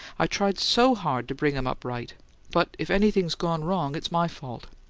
i tried so hard to bring him up right but if anything's gone wrong it's my fault.